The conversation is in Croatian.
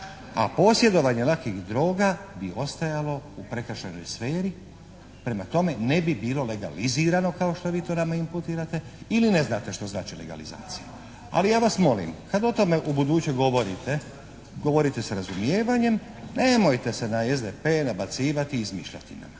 A posjedovanje lakih droga bi ostajalo u prekršajnoj sferi. Prema tome, ne bi bilo legalizirano kao što vi to nama imputirate ili ne znate što znači legalizacija. Ali ja vas molim, kad o tome u buduće govorite, govorite sa razumijevanjem. Ne dajte se na SDP nabacivati izmišljotinama.